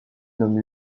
nomme